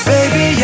Baby